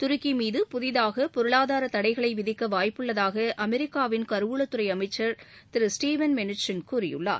தருக்கி மீது புதிதாக பொருளாதார தடைகளை விதிக்க வாய்ப்புள்ளதக அமெரிக்காவின் கருவூலத்துறை அமைச்சர் புரீவன் மென்னுச்சின் கூறியுள்ளார்